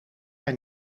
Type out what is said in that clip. hij